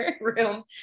room